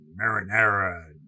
marinara